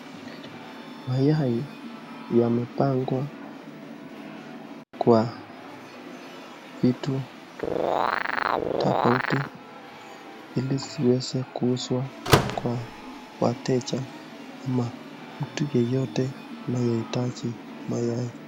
Mayai yamepangwa kwa vitu tofauti hili ziweze kuuzwa kwa wateja ama mtu yeyote anayeitaji mayai.